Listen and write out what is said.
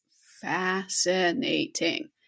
fascinating